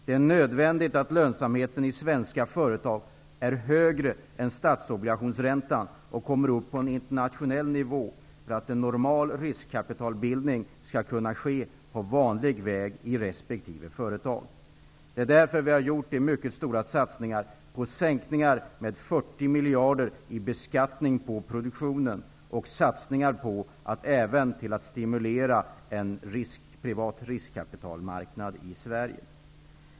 Det är nödvändigt att lönsamheten i svenska företag är högre än statsobligationsräntan och att den kommer upp på en internationell nivå för att en normal riskkapitalbildning skall kunna ske på vanlig väg i resp. företag. Därför har vi gjort mycket stora satsningar på sänkningar med 40 miljarder i beskattning på produktionen och satsningar när det gäller att stimulera en privat riskkapitalmarknad i Sverige.